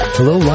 Hello